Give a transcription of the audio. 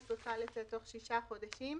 היא צריכה לצאת בתוך שישה חודשים.